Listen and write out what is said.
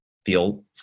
feel